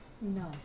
No